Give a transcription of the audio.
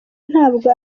ntabwo